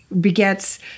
begets